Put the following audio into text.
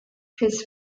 his